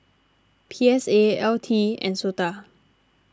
P S A L T and Sota